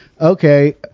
okay